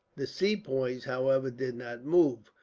the sepoys, however, did not move,